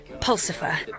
Pulsifer